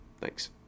Thanks